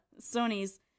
Sony's